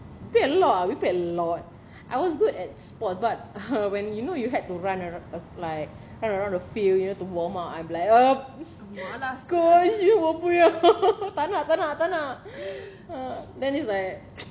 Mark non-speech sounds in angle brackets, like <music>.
played a lot lah we played a lot I was good at sports but when you know you had to run around like run around the field you know to warm up I'm like orh : tak nak tak nak tak nak then it's like <noise>